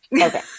Okay